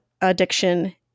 addiction